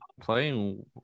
playing